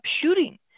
shooting